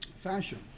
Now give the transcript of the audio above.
fashion